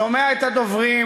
שומע את הדוברים,